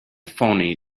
phoney